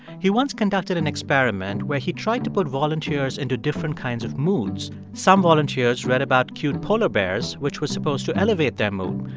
he once conducted an experiment where he tried to put volunteers into different kinds of moods. some volunteers read about cute polar bears, which was supposed to elevate their mood.